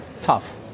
tough